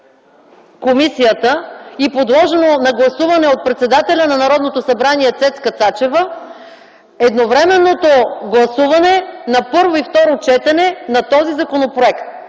комисията и подложено на гласуване от председателя на Народното събрание Цецка Цачева едновременното гласуване на първо и второ четене на този законопроект,